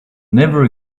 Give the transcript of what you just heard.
never